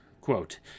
quote